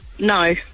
No